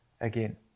again